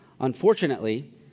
Unfortunately